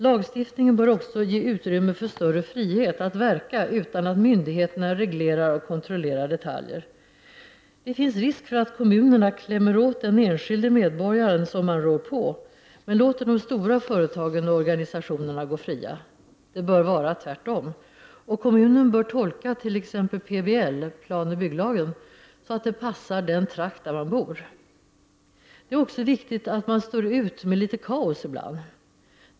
Lagstiftningen bör också ge utrymme för större frihet att verka utan att myndigheterna reglerar och kontrollerar detaljer. Det finns risk för att kommunerna klämmer åt den enskilde medborgaren som man rår på, men låter de stora företagen och organisationerna gå fria. Det bör vara tvärtom. Kommunen bör tolka t.ex. PBL, planoch bygglagen, så att det passar den trakt där man bor. Det är också viktigt att man står ut med litet kaos ibland.